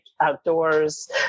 outdoors